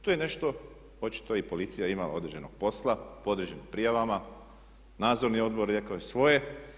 Tu je nešto, očito i policija imala određenog posla po određenim prijavama, nadzorni odbor rekao je svoje.